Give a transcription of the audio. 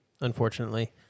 unfortunately